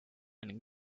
and